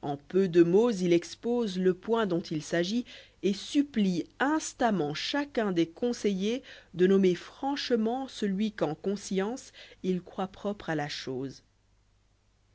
en peu de mots il exposé le point dont il s'agit et supplie instamment chacun des conseillers de nommer franchement celui qu'en conscience il croit propre à la chose